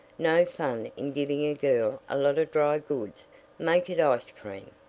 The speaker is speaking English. no fun in giving a girl a lot of drygoods make it ice-cream.